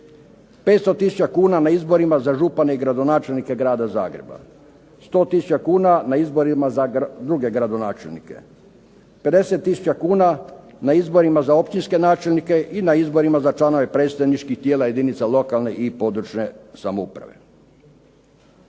500 tisuća kuna na izborima za župana i gradonačelnika grada Zagreba. 100 tisuća na izborima za druge gradonačelnike. 50 tisuća kuna na izborima za općinske načelnike i na izborima za članove predstavničkih tijela jedinica lokalne i područne samouprave.